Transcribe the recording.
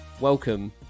Welcome